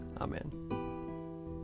Amen